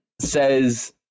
says